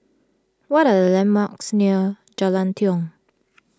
what are the landmarks near Jalan Tiong